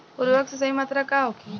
उर्वरक के सही मात्रा का होखे?